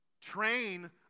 Train